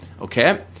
okay